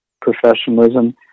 professionalism